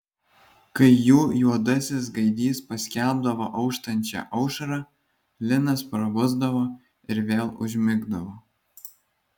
kai jų juodasis gaidys paskelbdavo auštančią aušrą linas prabusdavo ir vėl užmigdavo